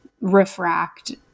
refract